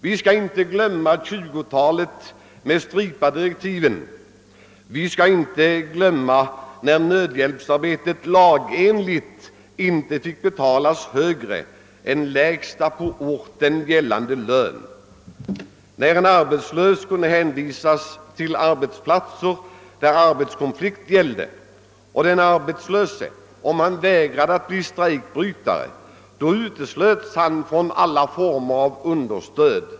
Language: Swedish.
Vi skall inte glömma 1920-talet med Stripa-direktiven, vi skall inte glömma den tid då nödhjälpsarbeten enligt lag inte fick betalas med högre lön än lägsta på orten gällande, när en arbetslös kunde anvisas arbete på arbetsplatser där arbetskonflikt rådde. Och om den arbetslöse vägrade att bli strejkbrytare uteslöts han från alla former av understöd.